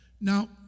Now